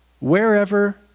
wherever